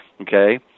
okay